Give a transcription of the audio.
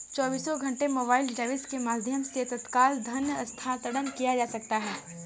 चौबीसों घंटे mobile device के माध्यम से तत्काल धन हस्तांतरण किया जा सकता है